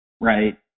right